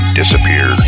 disappear